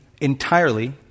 entirely